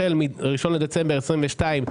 החל מה-01 בדצמבר 2022,